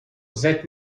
that